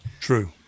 True